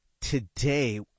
Today